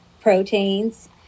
proteins